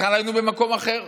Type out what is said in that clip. בכלל היינו במקום אחר.